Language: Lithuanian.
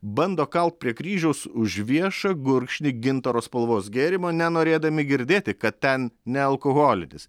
bando kalt prie kryžiaus už viešą gurkšnį gintaro spalvos gėrimo nenorėdami girdėti kad ten nealkoholinis